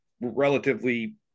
relatively